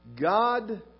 God